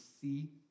see